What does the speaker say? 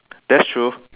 that's true